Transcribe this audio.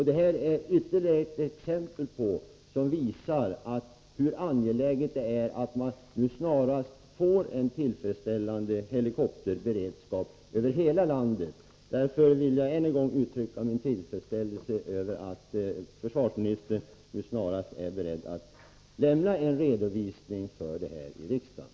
Detta är ytterligare ett exempel som visar hur angeläget det är att vi snarast får en tillfredsställande helikopterberedskap över hela landet. Jag vill än en gång uttrycka min tillfredsställelse över att försvarsministern är beredd att snarast lämna en redovisning av den här frågan i riksdagen.